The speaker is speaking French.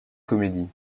comédie